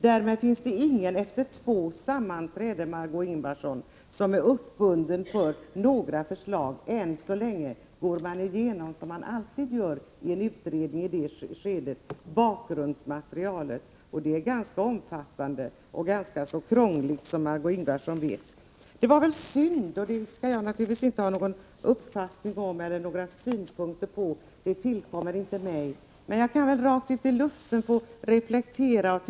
Därmed finns det ingen som efter två sammanträden, Margé Ingvardsson, är uppbunden av några förslag. Än så länge går man, som man alltid gör i en utredning i det här skedet, igenom bakgrundsmaterialet. Och det är ganska omfattande och ganska så krångligt, som Margö Ingvardsson vet. Det var väl synd att kommunisterna inte valde Margö Ingvardsson att sitta i utredningen, utan att det blev en annan person — som vi självfallet har fullt förtroende för.